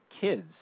Kids